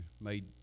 made